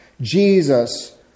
Jesus